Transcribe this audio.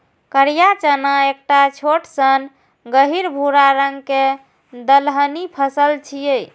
करिया चना एकटा छोट सन गहींर भूरा रंग के दलहनी फसल छियै